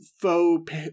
faux